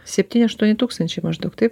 septyni aštuoni tūkstančiai maždaug taip